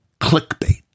clickbait